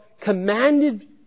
commanded